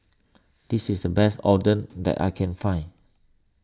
this is the best Oden that I can find